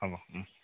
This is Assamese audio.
হ'ব ওম